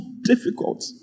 difficult